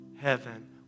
heaven